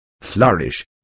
Flourish